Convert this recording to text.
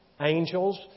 angels